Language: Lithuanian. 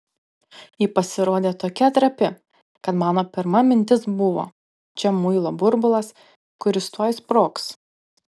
ji pasirodė tokia trapi kad mano pirma mintis buvo čia muilo burbulas kuris tuoj sprogs